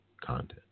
content